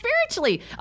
spiritually